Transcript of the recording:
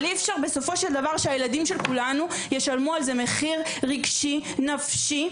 אבל אי אפשר שבסופו של דבר הילדים ישלמו מחיר רגשי ונפשי.